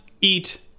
eat